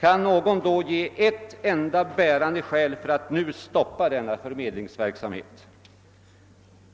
Kan någon då ge ett enda bärande skäl för att nu stoppa denna förmedlingsverksamhet?